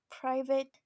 private